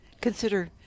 Consider